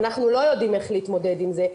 אנחנו לא יודעים איך להתמודד עם זה.